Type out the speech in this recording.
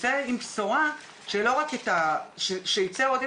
מבטיח המון שעות.